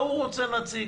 ההוא רוצה נציג.